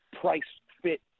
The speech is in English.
price-fit